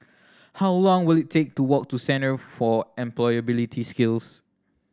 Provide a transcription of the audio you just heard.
how long will it take to walk to Centre for Employability Skills